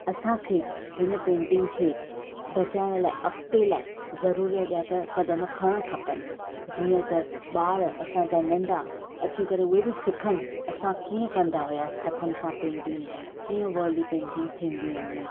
असां खे हिन पेंटिंग खे बचाइण लाइ अगि॒ते लाइ ज़रूरत जा त क़दम खणणु खपनि जीअं त बा॒र असां जा नंढा अची करे उहे बि सिखनि असां कीअं कंदा हुयासीण हथनि सां पेंटिंग कीअं वर्ली पेंटिंग थींदियूं हुयूं